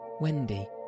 Wendy